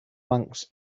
monks